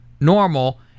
normal